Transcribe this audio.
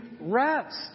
rest